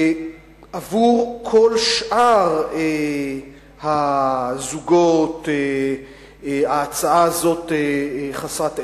עבור כל שאר הזוגות ההצעה הזאת חסרת ערך.